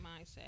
mindset